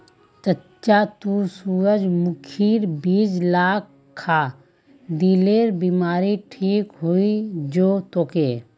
चच्चा ती सूरजमुखीर बीज ला खा, दिलेर बीमारी ठीक हइ जै तोक